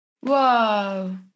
Whoa